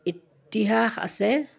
ইতিহাস আছে